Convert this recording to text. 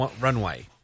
Runway